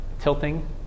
tilting